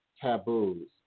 taboos